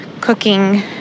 cooking